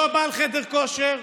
אותו בעל חדר כושר,